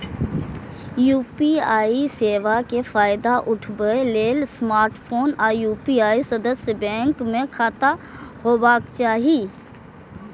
UPI सेवा के फायदा उठबै लेल स्मार्टफोन आ यू.पी.आई सदस्य बैंक मे खाता होबाक चाही